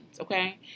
okay